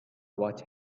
what